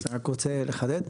אני רק רוצה לחדד.